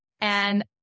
And-